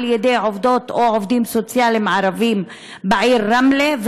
ידי עובדות או עובדים סוציאלים ערבים בעיר רמלה,